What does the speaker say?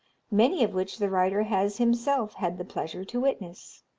many of which the writer has himself had the pleasure to witness.